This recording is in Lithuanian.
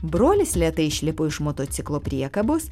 brolis lėtai išlipo iš motociklo priekabos